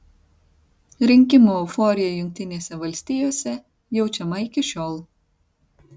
rinkimų euforija jungtinėse valstijose jaučiama iki šiol